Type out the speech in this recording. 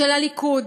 של הליכוד,